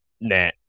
nah